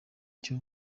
cyo